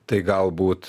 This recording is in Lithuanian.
tai galbūt